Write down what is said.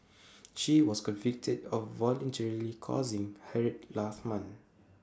she was convicted of voluntarily causing hurt last month